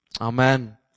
Amen